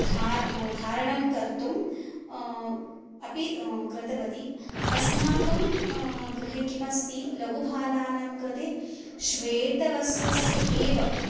धा धारणं कर्तुम् अपि कृतवती अस्माकं गृहे किमस्ति लघु बालानां कृते श्वेतवस्सस्य एव